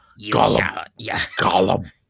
Gollum